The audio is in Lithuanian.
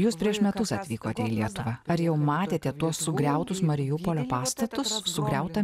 jūs prieš metus atvykote į lietuvą ar jau matėte tuos sugriautus mariupolio pastatus sugriautą